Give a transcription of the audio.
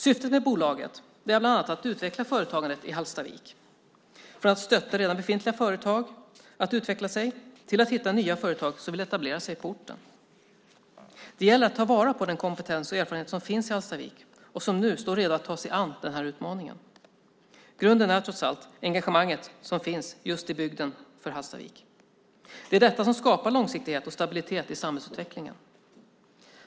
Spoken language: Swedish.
Syftet med bolaget är bland annat att utveckla företagandet i Hallstavik genom att stötta redan befintliga företags utveckling och att hitta nya företag som vill etablera sig på orten. Det gäller att ta vara på den kompetens och erfarenhet som finns i Hallstavik och som står redo att ta sig an denna utmaning. Grunden är trots allt engagemanget för Hallstavik som finns i bygden. Det är detta som skapar långsiktighet och stabilitet i samhällsutvecklingen.